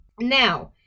Now